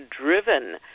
driven